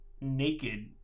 naked